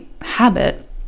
habit